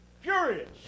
furious